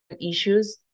issues